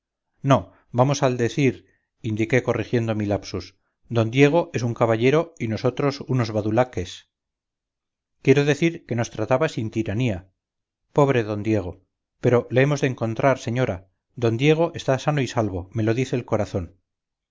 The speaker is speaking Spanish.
no vamos al decir indiqué corrigiendo mi lapsus d diego es un caballero y nosotros unos badulaques quiero decir que nos trataba sin tiranía pobre d diego pero le hemos de encontrar señora d diego está sano y salvo me lo dice el corazón